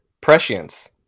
prescience